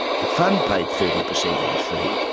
the fund paid thirty percent of the fee,